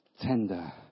tender